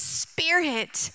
spirit